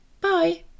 Bye